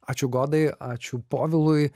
ačiū godai ačiū povilui